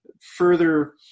further